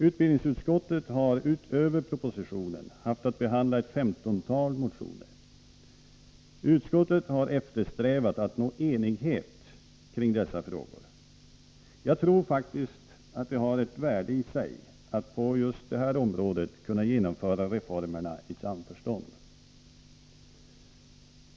Utbildningsutskottet har utöver propositionen haft att behandla ett femtontal motioner. Utskottet har eftersträvat att nå enighet kring dessa frågor. Jag tror faktiskt att det har ett värde i sig att på just det här området kunna genomföra reformer i samförstånd.